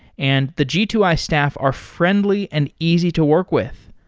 and the g two i staff are friendly and easy to work with.